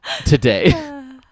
today